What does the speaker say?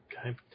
Okay